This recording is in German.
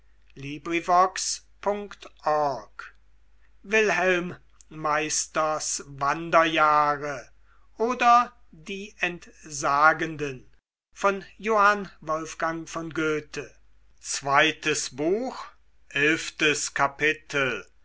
wilhelm meisters wanderjahre oder die entsagenden